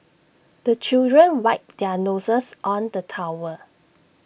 the children wipe their noses on the towel